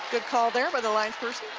good call there by the line person.